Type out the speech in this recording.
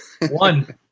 One